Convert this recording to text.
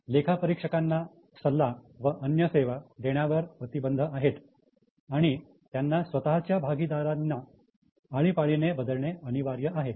लेखा परीक्षकांना सल्ला व अन्य सेवा देण्यावर प्रतिबंध आहेत आणि त्यांना स्वतःच्या भागीदारांना आळीपाळीने बदलणे अनिवार्य आहे